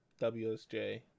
WSJ